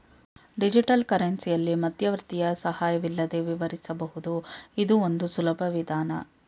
digital ಕರೆನ್ಸಿಯಲ್ಲಿ ಮಧ್ಯವರ್ತಿಯ ಸಹಾಯವಿಲ್ಲದೆ ವಿವರಿಸಬಹುದು ಇದು ಒಂದು ಸುಲಭ ವಿಧಾನ